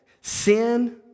sin